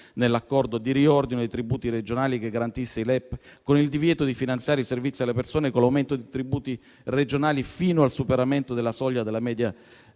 nell'accordo di riordino dei tributi regionali che garantisse i LEP, con il divieto di finanziare i servizi alle persone, con l'aumento di tributi regionali fino al superamento della soglia della media